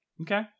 Okay